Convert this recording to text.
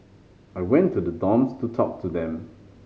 I went to the dorms to talk to them